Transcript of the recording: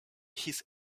his